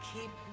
Keep